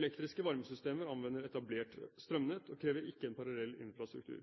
Elektriske varmesystemer anvender etablert strømnett og krever ikke en parallell infrastruktur.